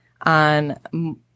on